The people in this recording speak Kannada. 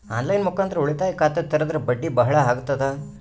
ಆನ್ ಲೈನ್ ಮುಖಾಂತರ ಉಳಿತಾಯ ಖಾತ ತೇರಿದ್ರ ಬಡ್ಡಿ ಬಹಳ ಅಗತದ?